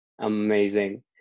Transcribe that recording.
amazing